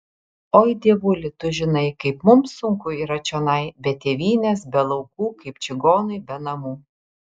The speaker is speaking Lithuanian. oi dievuli tu žinai kaip mums sunku yra čionai be tėvynės be laukų kaip čigonui be namų